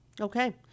Okay